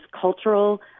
cultural